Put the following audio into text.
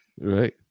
Right